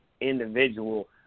individual